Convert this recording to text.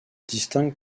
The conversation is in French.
distingue